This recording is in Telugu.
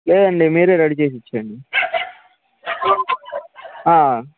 లేదండీ మీరే రెడీ చేసి ఇచ్చేయండి